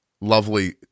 lovely